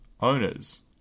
owners